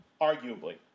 arguably